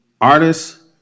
artists